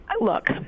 look